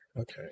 okay